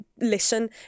listen